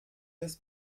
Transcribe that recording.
des